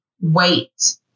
wait